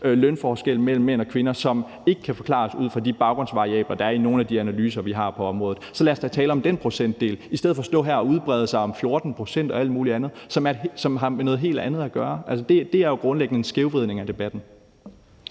lønforskel mellem mænd og kvinder, som ikke kan forklares ud fra de baggrundsvariabler, der er i nogle af de analyser, vi har på området, så lad os da tale om den procentdel i stedet for at stå her og udbrede os om 14 pct. og alt muligt andet, som har med noget helt andet at gøre. Altså, det er jo grundlæggende en skævvridning af debatten.